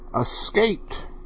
escaped